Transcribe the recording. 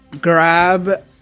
grab